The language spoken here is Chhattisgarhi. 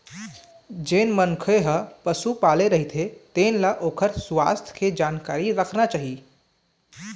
जेन मनखे ह पशु पाले रहिथे तेन ल ओखर सुवास्थ के जानकारी राखना चाही